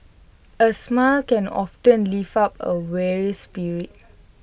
A smile can often lift up A weary spirit